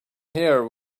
here